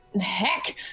Heck